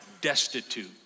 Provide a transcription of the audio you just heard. destitute